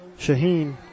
Shaheen